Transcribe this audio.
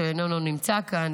שאיננו נמצא כאן,